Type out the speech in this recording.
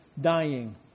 dying